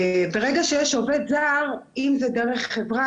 ברגע שיש עובד זר, אם זה בחברה,